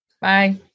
Bye